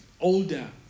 older